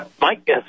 Mike